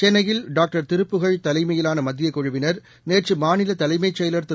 சென்னையில் டாக்டர் திருப்புகழ் தலைமையிலான மத்திய குழுவிளர் நேற்று மாநில தலைமை செயலாளர் திரு